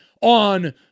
on